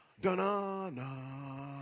Da-na-na